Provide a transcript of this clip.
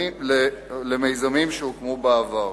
למיזמים שהוקמו בעבר.